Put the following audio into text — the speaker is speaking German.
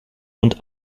und